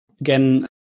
Again